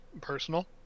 personal